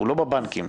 לא בבנקים,